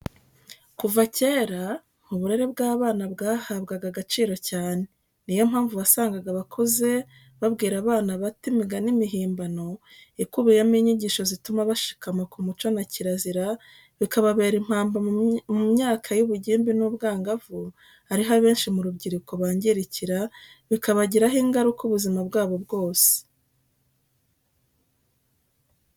Kuva kera, uburere bw'abana bwahabwaga agaciro cyane, ni yo mpamvu wasangaga abakuze babwira abato imigani mihimbano ikubiyemo inyigisho zituma bashikama ku muco na kirazira, bikababera impamba mu myaka y'ubugimbi n'ubwangavu, ariho abenshi mu rubyiruko bangirikira, bikabagiraho ingaruka ubuzima bwabo bwose.